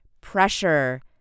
pressure